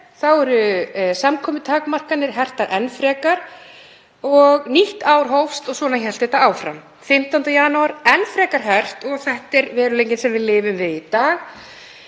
voru samkomutakmarkanir hertar enn frekar og nýtt ár hófst og þannig hélt þetta áfram. Þann 15. janúar var enn frekar hert og þetta er veruleikinn sem við lifum við í dag.